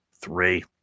three